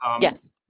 Yes